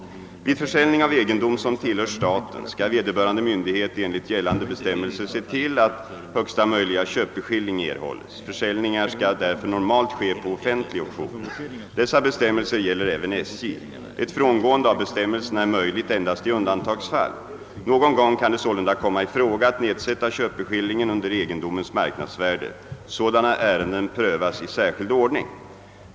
Vid försäljning av egendom som tillhör staten skall vederbörande myndighet enligt gällande bestämmelser se till, att högsta möjliga köpeskilling erhålles. Försäljningar skall därför normalt ske på offentlig auktion. Dessa bestämmelser gäller även SJ. Ett frångående av bestämmelserna är möjligt endast i undantagsfall. Någon gång kan det sålunda komma i fråga att nedsätta köpeskillingen under egendomens marknadsvärde. Sådana ärenden prövas i särskild ordning.